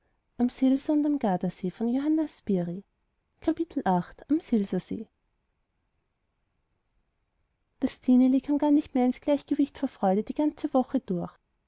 das stineli kam gar nicht mehr ins gleichgewicht vor freude die ganze woche durch